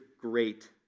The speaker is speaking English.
great